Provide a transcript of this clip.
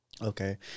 Okay